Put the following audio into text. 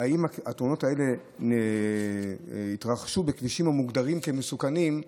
האם התאונות האלה התרחשו בכבישים המוגדרים כמסוכנים?